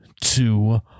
two